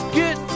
get